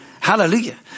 Hallelujah